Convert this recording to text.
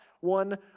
one